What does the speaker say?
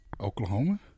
Oklahoma